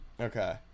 Okay